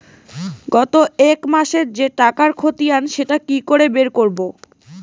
গত এক মাসের যে টাকার খতিয়ান সেটা কি করে বের করব?